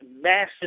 massive